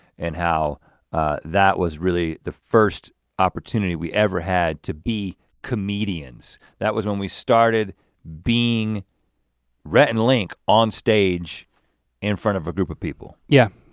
and how that was really the first opportunity we ever had to be comedians. that was when we started being rhett and link on stage in front of a group of people. yeah,